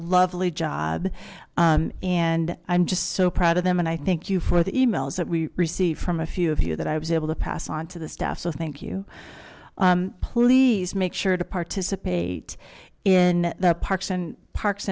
love job and i'm just so proud of them and i thank you for the emails that we received from a few of you that i was able to pass on to the staff so thank you please make sure to participate in the parks and parks